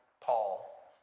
Paul